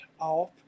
off